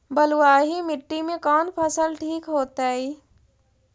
बलुआही मिट्टी में कौन फसल ठिक होतइ?